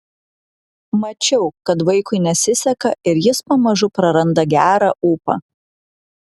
mačiau kad vaikui nesiseka ir jis pamažu praranda gerą ūpą